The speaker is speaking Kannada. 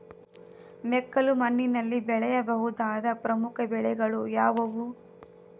ಮೆಕ್ಕಲು ಮಣ್ಣಿನಲ್ಲಿ ಬೆಳೆಯ ಬಹುದಾದ ಪ್ರಮುಖ ಬೆಳೆಗಳು ಯಾವುವು?